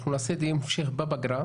אנחנו נעשה דיון המשך בפגרה.